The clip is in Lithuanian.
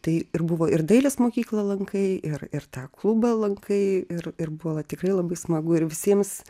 tai ir buvo ir dailės mokyklą lankai ir ir tą klubą lankai ir ir buvo la tikrai labai smagu ir visiems